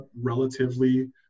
relatively